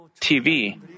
TV